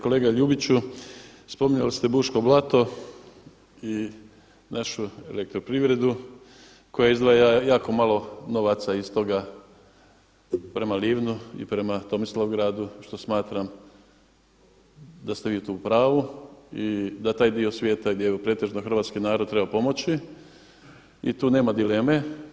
Kolega Ljubiću, spominjali ste Buško Blato i našu elektroprivredu koja izdvaja jako malo novaca iz toga prema Livnu i prema Tomislavgradu što smatram da ste vi tu u pravu i da taj dio svijeta gdje je pretežno hrvatski narod treba pomoći i tu nema dileme.